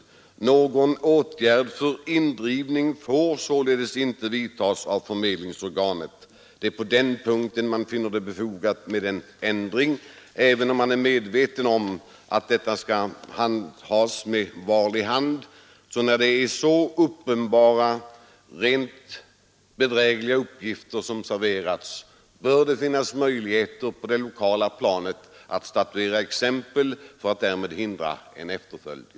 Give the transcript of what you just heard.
Vidare står det att någon åtgärd för indrivning således inte får göras av förmedlingsorganet. Det är på den punkten man anser det befogat med en ändring, även om man är medveten om att frågan skall handhas varligt. När det är uppenbart att rent bedrägliga uppgifter har serverats bör det finnas möjligheter att på det lokala planet statuera exempel för att därmed förhindra att något liknande händer.